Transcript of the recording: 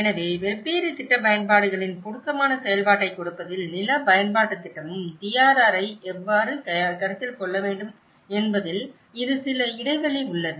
எனவே வெவ்வேறு திட்டப் பயன்பாடுகளின் பொருத்தமான செயல்பாட்டைக் கொடுப்பதில் நில பயன்பாட்டுத் திட்டமும் DRRஐ எவ்வாறு கருத்தில் கொள்ள வேண்டும் என்பதில் இது சில இடைவெளி உள்ளது